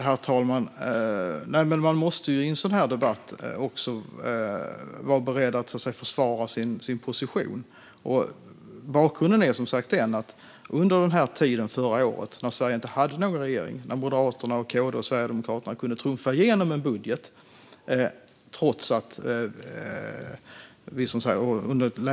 Herr talman! Man måste i en debatt som denna också vara beredd att försvara sin position. Bakgrunden är att Sverige vid den här tiden förra året inte hade någon regering, och Moderaterna och Kristdemokraterna kunde trumfa igenom en budget.